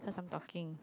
cause I'm talking